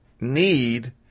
need